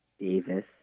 Davis